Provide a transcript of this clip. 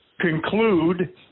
conclude